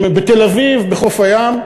בתל-אביב בחוף הים,